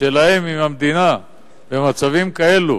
שלהם עם המדינה במצבים כאלה,